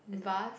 vase